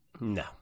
No